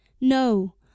no